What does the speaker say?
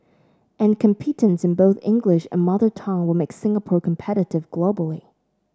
and competence in both English and mother tongue will make Singapore competitive globally